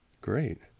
Great